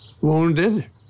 wounded